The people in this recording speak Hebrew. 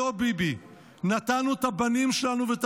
לא ביבי --- נתנו את הבנים שלנו ואת